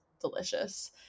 delicious